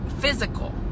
physical